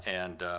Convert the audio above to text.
and